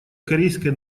корейской